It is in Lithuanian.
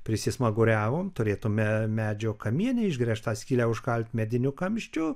prisismaguriavom turėtume medžio kamiene išgręžtą skylę užkalti mediniu kamščiu